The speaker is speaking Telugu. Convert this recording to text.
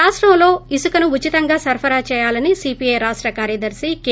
రాష్టంలో ఇసుకను ఉచితంగా సరఫరా చేయాలని సిపిఐ రాష్ట కార్యదర్పి కె